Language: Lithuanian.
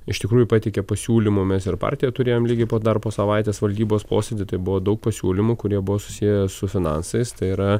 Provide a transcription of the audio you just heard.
iš tikrųjų pateikė pasiūlymų mes ir partiją turėjom lygiai po dar po savaitės valdybos posėdy tai buvo daug pasiūlymų kurie buvo susiję su finansais tai yra